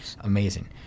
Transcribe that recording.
amazing